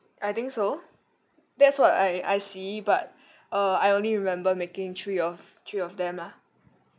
I think so that's what I I see but uh I only remember making three of three of them lah